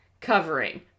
covering